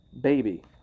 baby